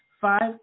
five